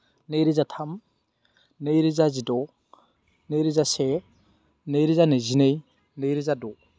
नै रोजा थाम नै रोजा जिद' नै रोजा से नै रोजा नैजिनै नै रोजा द'